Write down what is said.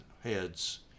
heads